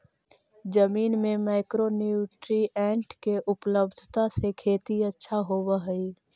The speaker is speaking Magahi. जमीन में माइक्रो न्यूट्रीएंट के उपलब्धता से खेती अच्छा होब हई